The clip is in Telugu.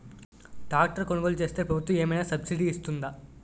ట్రాక్టర్ కొనుగోలు చేస్తే ప్రభుత్వం ఏమైనా సబ్సిడీ ఇస్తుందా?